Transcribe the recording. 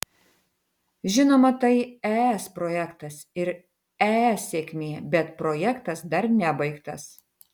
žinoma tai es projektas ir es sėkmė bet projektas dar nebaigtas